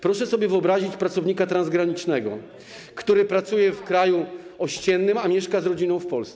Proszę sobie wyobrazić pracownika transgranicznego, który pracuje w kraju ościennym, a mieszka z rodziną w Polsce.